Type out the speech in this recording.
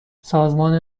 سازمان